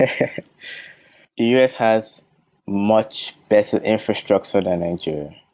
ah us has much better infrastructure than nigeria.